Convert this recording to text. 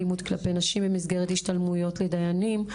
אלימות כלפי נשים במסגרת השתלמויות לדיינים,